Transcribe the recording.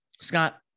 Scott